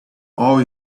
all